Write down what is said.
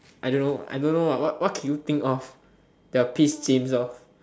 I don't know I don't know what can you think of that piss James off